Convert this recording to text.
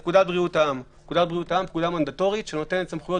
הוא פקודת בריאות העם שהיא פקודה מנדטורית שנותנת סמכויות